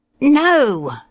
No